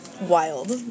Wild